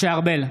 משה ארבל,